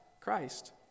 Christ